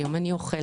היום אני אוכלת,